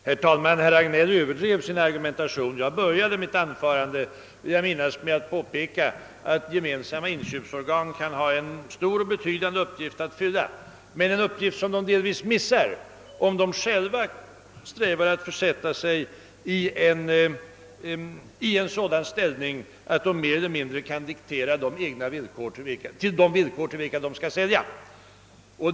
Herr talman! Herr Hagnell överdrev sin argumentation. Jag vill minnas att jag började mitt anförande med att påpeka att gemensamma inköpsorgan kan ha en stor och betydelsefull uppgift att fylla, men det är en uppgift som organen delvis missar om de själva strävar efter att försätta sig i en sådan ställning, att de mer eller mindre kan diktera de villkor på vilka de skall sälja.